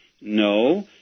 No